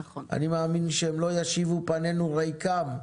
אני מאמין שהם לא ישיבו פנינו ריקם.